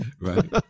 right